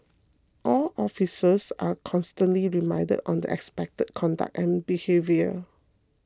all officers are constantly reminded on the expected conduct and behaviour